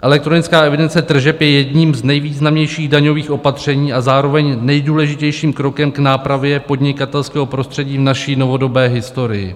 Elektronická evidence tržeb je jedním z nejvýznamnějších daňových opatření a zároveň nejdůležitějším krokem k nápravě podnikatelského prostředí v naší novodobé historii.